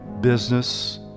business